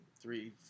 three